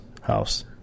house